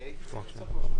אני מבטיח לך שכן.